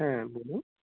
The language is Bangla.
হ্যাঁ বলুন